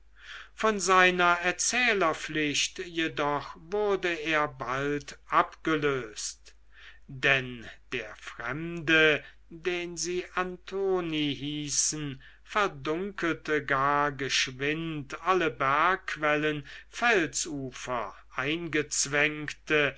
von seiner erzählerpflicht jedoch wurde er bald abgelöst denn der fremde den sie antoni hießen verdunkelte gar geschwind alle bergquellen felsufer eingezwängte